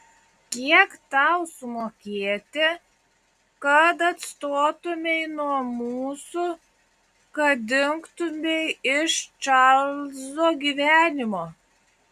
kiek tau sumokėti kad atstotumei nuo mūsų kad dingtumei iš čarlzo gyvenimo